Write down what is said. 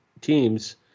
teams